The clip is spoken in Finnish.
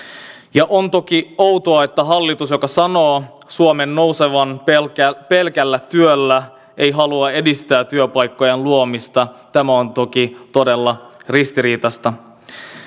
ja on toki outoa että hallitus joka sanoo suomen nousevan pelkällä pelkällä työllä ei halua edistää työpaikkojen luomista tämä on toki todella ristiriitaista